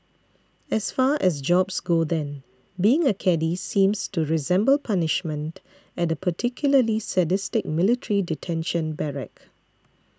as far as jobs go then being a caddie seems to resemble punishment at a particularly sadistic military detention barrack